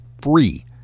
free